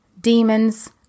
demons